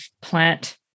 plant